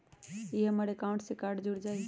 ई हमर अकाउंट से कार्ड जुर जाई?